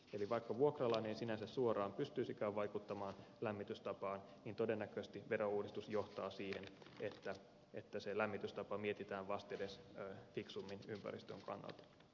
eli vaikka vuokralainen ei sinänsä suoraan pystyisikään vaikuttamaan lämmitystapaan niin todennäköisesti verouudistus johtaa siihen että se lämmitystapa mietitään vastedes fiksummin ympäristön kannalta